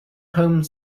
home